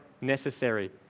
necessary